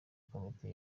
komite